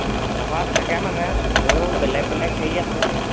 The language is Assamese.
তেনেকুৱা থাকে মানে চবৰো বেলেগ বেলেগ হেৰি আছে